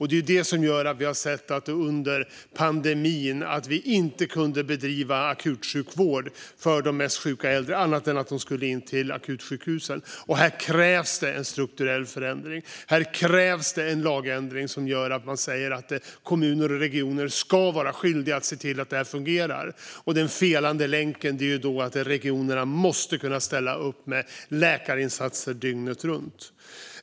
Det var det som gjorde att vi under pandemin såg att vi inte kunde bedriva akutsjukvård för de mest sjuka äldre på annat sätt än att ta in dem på akutsjukhusen. Här krävs det en strukturell förändring. Här krävs det en lagändring som gör att kommuner och regioner blir skyldiga att se till att detta fungerar. Den felande länken är att regionerna måste kunna ställa upp med läkarinsatser dygnet runt.